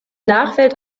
nachwelt